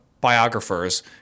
biographers